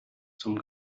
zum